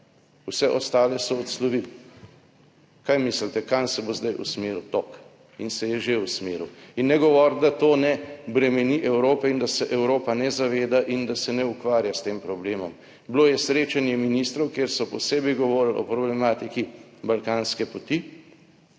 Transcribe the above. vse ostale so odslovili. Kaj mislite, kam se bo zdaj usmeril tok, in se je že usmeril. In ne govoriti, da to ne bremeni Evrope in da se Evropa ne zaveda in da se ne ukvarja s tem problemom. Bilo je srečanje ministrov, kjer so posebej govorili o problematiki balkanske poti,